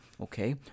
Okay